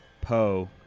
Poe